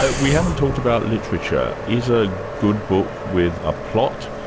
we haven't talked about literature. is a good book with a plot,